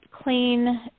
clean